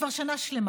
כבר שנה שלמה.